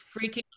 freaking